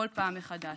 כל פעם מחדש.